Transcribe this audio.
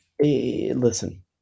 listen